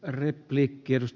arvoisa puhemies